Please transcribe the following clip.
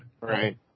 Right